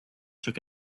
took